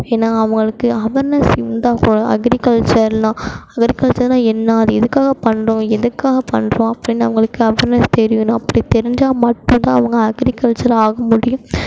ஏன்னா அவங்களுக்கு அவர்னஸ் இருந்தாக்கூட அக்ரிகல்ச்சர்லாம் அக்ரிகல்ச்சருனா என்ன அது எதுக்காக பண்ணுறோம் எதுக்காக பண்ணுறோம் அப்படின்னு அவங்களுக்கு அவர்னஸ் தெரியணும் அப்படி தெரிஞ்சால் மட்டும்தான் அவங்க அக்ரிகல்ச்சர் ஆக முடியும்